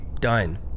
done